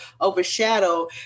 overshadow